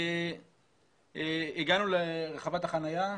הגענו לרחבת החניה,